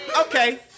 okay